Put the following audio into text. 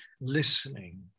listening